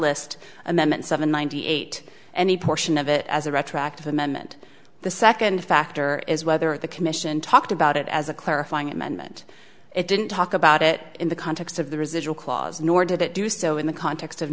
list amendment seven ninety eight any portion of it as a retroactive amendment the second factor is whether the commission talked about it as a clarifying amendment it didn't talk about it in the context of the residual clause nor did it do so in the context of